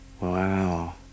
Wow